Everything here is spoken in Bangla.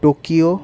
টোকিও